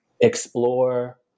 explore